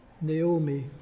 Naomi